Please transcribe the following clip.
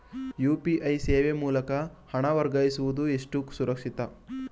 UPI ಸೇವೆ ಮೂಲಕ ಹಣ ವರ್ಗಾಯಿಸುವುದು ಎಷ್ಟು ಸುರಕ್ಷಿತ?